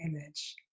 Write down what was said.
image